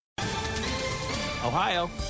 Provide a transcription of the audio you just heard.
Ohio